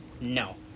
No